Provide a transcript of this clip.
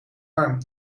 arm